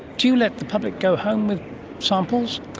do you let the public go home with samples?